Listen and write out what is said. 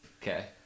Okay